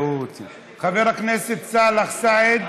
חבר הכנסת סאלח סעד